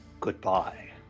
goodbye